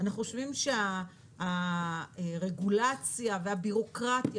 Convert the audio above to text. אנחנו חושבים שהרגולציה והבירוקרטיה